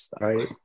Right